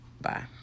Bye